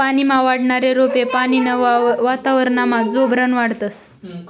पानीमा वाढनारा रोपे पानीनं वातावरनमा जोरबन वाढतस